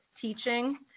teaching